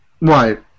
Right